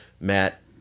matt